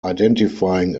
identifying